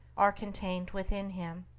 are contained within him.